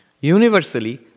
universally